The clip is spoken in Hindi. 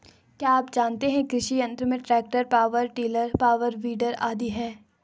क्या आप जानते है कृषि यंत्र में tractor, power tiller, power weeder आदि है?